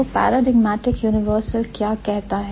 तो paradigmatic universal क्या कहता है